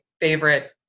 favorite